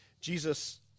Jesus